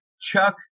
Chuck